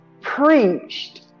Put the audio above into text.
preached